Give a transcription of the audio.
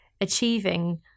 achieving